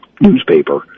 newspaper